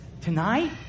Tonight